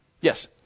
yes